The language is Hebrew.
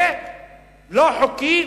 זה לא חוקי,